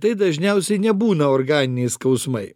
tai dažniausiai nebūna organiniai skausmai